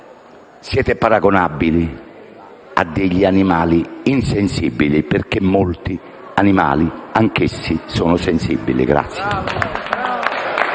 siete paragonabili a degli animali insensibili, perché molti animali anch'essi sono sensibili.